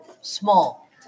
small